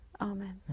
amen